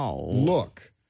look